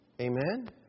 Amen